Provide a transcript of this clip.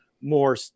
more